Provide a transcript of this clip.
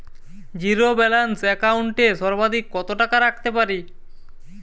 Zero balance account এ সর্বাধিক কত টাকা রাখতে পারি?